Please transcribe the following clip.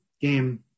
game